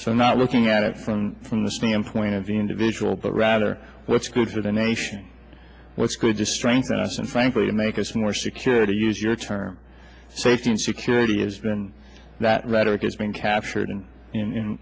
i'm not looking at it from from the standpoint of the individual but rather what's good for the nation what's good distract us and frankly to make us more secure to use your term safety and security has been that rhetoric is being captured in